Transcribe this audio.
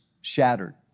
shattered